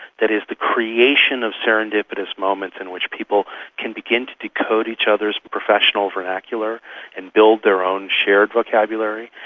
that is the creation of serendipitous moments in which people can begin to decode each other's professional vernacular and build their own shared vocabulary.